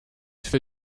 for